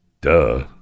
Duh